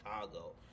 Chicago